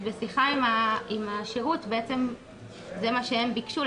אז בשיחה עם השירות בעצם זה מה שהם ביקשו,